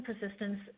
persistence